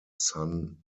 son